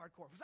hardcore